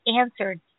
answered